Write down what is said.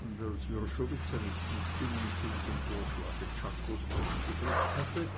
und als wrschowitz seine zustimmung zu diesem vorschlage czakos ausgedrückt hatte